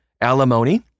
Alimony